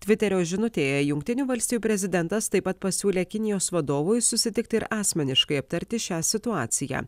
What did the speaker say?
tviterio žinutėje jungtinių valstijų prezidentas taip pat pasiūlė kinijos vadovui susitikt ir asmeniškai aptarti šią situaciją